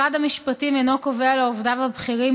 משרד המשפטים אינו קובע לעובדיו הבכירים